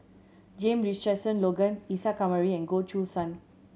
James Richardson Logan Isa Kamari and Goh Choo San